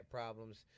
problems